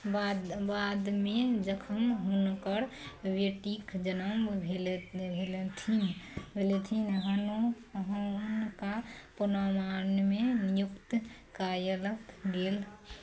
बाद बादमे जखन हुनकर बेटीके जनम भेलै भेलखिन भेलखिन हनु हुनका पनामामे नियुक्त कएल गेल